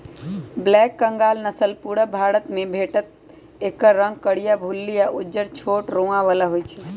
black Bengal नसल पुरुब भारतमे भेटत एकर रंग करीया, भुल्ली आ उज्जर छोट रोआ बला होइ छइ